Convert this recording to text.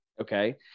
Okay